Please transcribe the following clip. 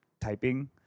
typing